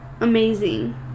amazing